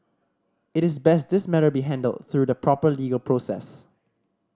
it is best this matter be handled through the proper legal process